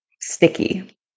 sticky